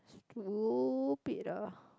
stupid ah